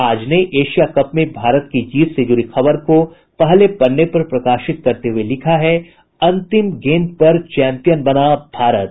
आज ने Asia cup में भारत की जीत से जुड़ी खबर को पहले पन्ने पर प्रकाशित करते हुये लिखा है अंतिम गेंद पर चैंपियन बना भारत